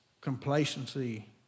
Complacency